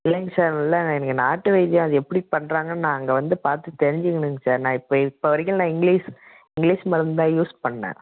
இல்லைங்க சார் இல்லை எனக்கு நாட்டு வைத்தியம் அது எப்படி பண்ணுறாங்கன்னு நான் அங்கே வந்துப் பார்த்து தெரிஞ்சுக்கணுங்க சார் நான் இப்போ இப்போ வரைக்கும் நான் இங்கிலீஷ் இங்கிலீஷ் மருந்து தான் யூஸ் பண்ணேன்